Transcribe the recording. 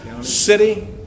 city